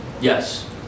Yes